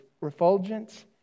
refulgence